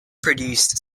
produced